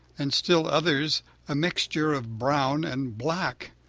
and still others a mixture of brown and black.